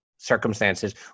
circumstances